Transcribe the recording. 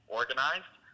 organized